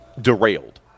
derailed